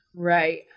Right